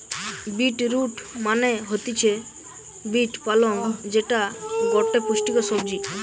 beet root মানে হতিছে beet পালং যেটা গটে পুষ্টিকর সবজি